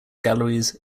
galleries